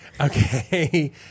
okay